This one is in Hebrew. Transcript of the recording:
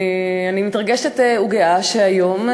אני מתרגשת וגאה שהיום,